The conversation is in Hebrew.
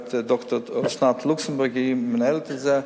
גברת אסנת לוקסנבורג, היא מנהלת את זה,